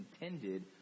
intended